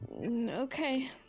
Okay